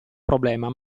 problema